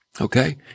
Okay